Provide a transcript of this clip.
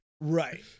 Right